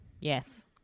yes